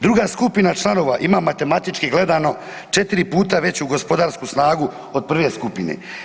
Druga skupina članova ima matematički gledano 4 puta veću gospodarsku snagu od prve skupine.